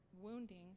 wounding